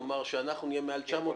נאמר שאנחנו מעל 900 אלף.